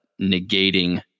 negating